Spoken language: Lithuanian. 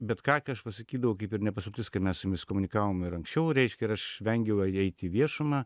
bet ką kai aš pasakydavau kaip ir ne paslaptis kad mes su jumis komunikavome ir anksčiau reiškia ir aš vengiau eiti į viešumą